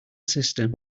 system